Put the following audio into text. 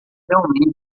realmente